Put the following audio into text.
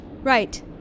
Right